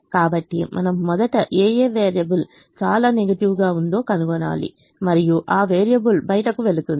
కాబట్టి మనం మొదట ఏ ఏ వేరియబుల్ చాలా నెగటివ్ గా ఉందో కనుగొనాలి మరియు ఆ వేరియబుల్ బయటకు వెళుతుంది